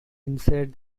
inside